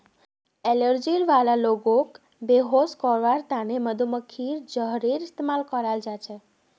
allergy वाला लोगक बेहोश करवार त न मधुमक्खीर जहरेर इस्तमाल कराल जा छेक